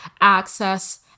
access